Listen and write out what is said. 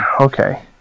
okay